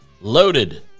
loaded